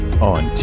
on